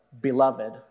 beloved